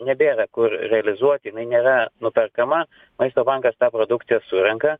nebėra kur realizuoti jinai nėra nuperkama maisto bankas tą produkciją surenka